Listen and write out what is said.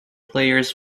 players